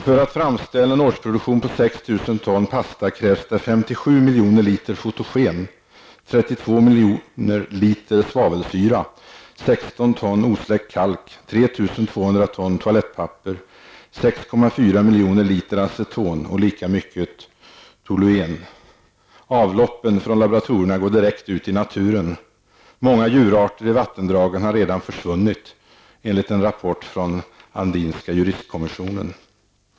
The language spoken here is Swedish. För att framställa en årsproduktion av 6 000 ton pasta krävs det 57 miljoner liter fotogen, 32 ton toalettpapper, 6,4 miljoner liter aceton och lika mycket toluen. Avloppen från laboratorierna går direkt ut i naturen. Många djurarter i vattendragen har redan försvunnit enligt en rapport från Andiska juristkommissionen.